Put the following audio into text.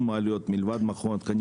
מלבד מכון התקנים,